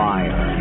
Fire